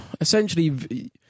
essentially